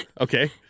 Okay